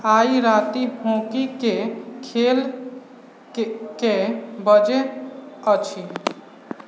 आइ राति हॉकीके खेल कए बजे अछि